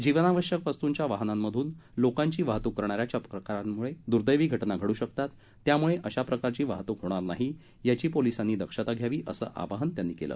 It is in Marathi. जीवनावश्यक वस्तूंच्या वाहनांतून लोकांची वाहतूक करण्याच्या प्रकारांमुळे द्दैवी घजाही घडू शकतात त्यामुळे अशा प्रकारची वाहतूक होणार नाही याची पोलीसांनी दक्षता घ्यावी असं आवाहन त्यांनी केलं